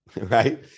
Right